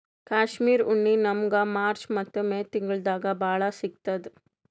ಕಾಶ್ಮೀರ್ ಉಣ್ಣಿ ನಮ್ಮಗ್ ಮಾರ್ಚ್ ಮತ್ತ್ ಮೇ ತಿಂಗಳ್ದಾಗ್ ಭಾಳ್ ಸಿಗತ್ತದ್